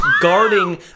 guarding